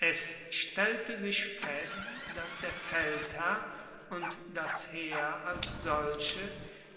es stellte sich fest dass der feldherr und das heer als solche